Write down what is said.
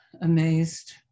amazed